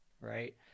right